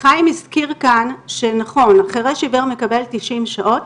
הזכיר כאן שנכון, חרש עיוור מקבל תשעים שעות.